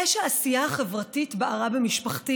אש העשייה החברתית בערה במשפחתי.